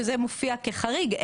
שזה מופיע כחריג,